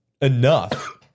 enough